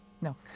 No